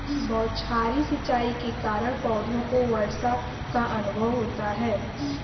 बौछारी सिंचाई के कारण पौधों को वर्षा का अनुभव होता है